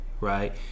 right